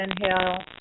inhale